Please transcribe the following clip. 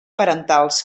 parentals